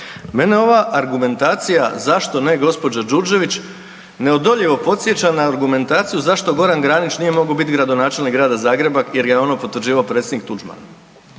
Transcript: Mene ova argumentacija zašto ne gospođa Đurđević neodoljivo podsjeća na argumentaciju zašto Goran Granić nije mogao biti gradonačelnik grada Zagreba jer je ono potvrđivao predsjednik Tuđman.